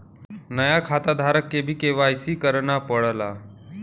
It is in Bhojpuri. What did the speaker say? नया खाताधारक के भी के.वाई.सी करना पड़ला